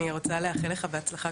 אני רוצה לאחל לך הצלחה,